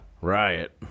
riot